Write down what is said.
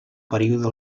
període